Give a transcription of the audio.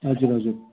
हजुर हजुर